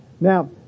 Now